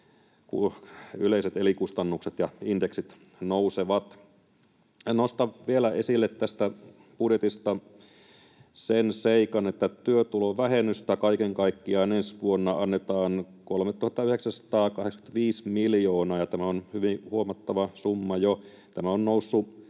kuin yleiset elinkustannukset ja indeksit nousevat. Nostan vielä esille tästä budjetista sen seikan, että työtulovähennystä kaiken kaikkiaan ensi vuonna annetaan 3 985 miljoonaa, ja tämä on jo hyvin huomattava summa. Tämä on noussut